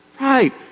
Right